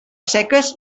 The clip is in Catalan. seques